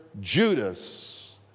Judas